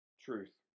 truth